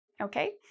Okay